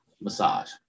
massage